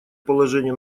положение